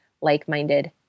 like-minded